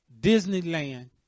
Disneyland